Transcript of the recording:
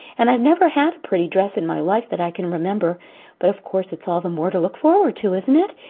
and i've never had a pretty dress in my life that i can remember but of course it's all the more to look forward to, isn't it?